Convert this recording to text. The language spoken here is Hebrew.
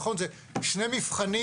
נכון, אלה שני מבחנים